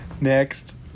Next